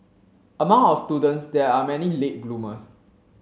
among our students there are many late bloomers